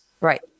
Right